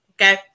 Okay